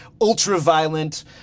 ultra-violent